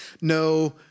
no